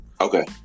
Okay